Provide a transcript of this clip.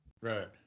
Right